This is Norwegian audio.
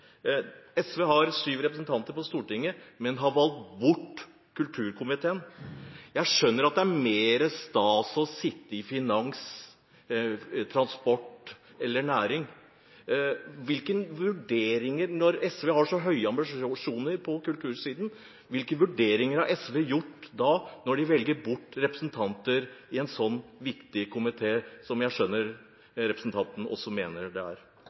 SV har syv representanter på Stortinget, men har valgt bort kulturkomiteen. Jeg skjønner at det er mer stas å sitte i finanskomiteen, transportkomiteen eller næringskomiteen. Når SV har så høye ambisjoner på kultursiden, hvilke vurderinger har SV da gjort når de velger bort å ha representanter i en slik viktig komité, som jeg skjønner også representanten mener det er?